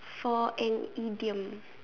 for an idiom